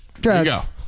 drugs